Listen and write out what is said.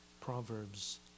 Proverbs